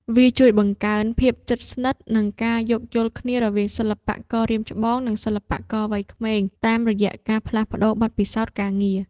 វាជួយបង្កើនភាពជិតស្និទ្ធ និងការយោគយល់គ្នារវាងសិល្បកររាមច្បង និងសិល្បករវ័យក្មេង តាមរយៈការផ្លាស់ប្តូរបទពិសោធន៍ការងារ។